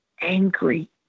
angry